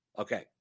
Okay